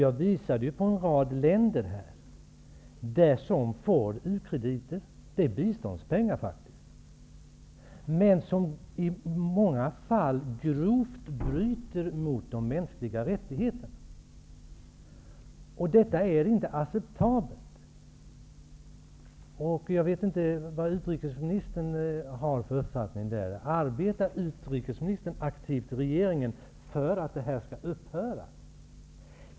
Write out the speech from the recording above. Jag visade på en rad länder som får ukrediter, biståndspengar, men som i många fall grovt bryter mot de mänskliga rättigheterna. Det är inte acceptabelt. Jag vet inte vad utrikesministern har för uppfattning. Arbetar utrikesministern aktivt i regeringen för att det här skall upphöra?